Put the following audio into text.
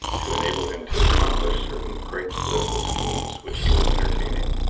to enable him to accomplish certain great political schemes which he was entertaining.